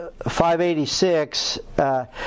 586